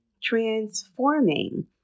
transforming